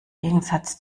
gegensatz